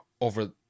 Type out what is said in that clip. over—